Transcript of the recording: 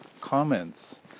comments